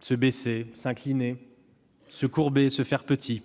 se baisser, s'incliner, se courber, se faire petit.